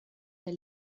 der